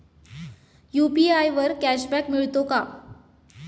UPI वर cashback मिळतो का?